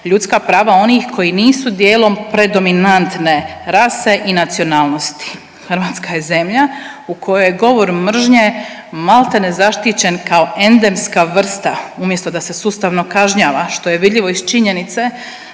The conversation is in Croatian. ljudska prava onih koji nisu dijelom predominantne rase i nacionalnosti. Hrvatska je zemlja u kojoj je govor mržnje maltene zaštićen kao endemska vrsta, umjesto da se sustavno kažnjava, što je vidljivo iz činjenice